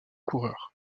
coureur